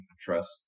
trust